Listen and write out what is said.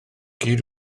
gyd